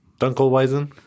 Dunkelweizen